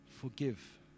Forgive